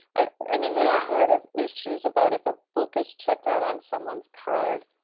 i mean, there's sort of issues about if a book is checked out on someone's card,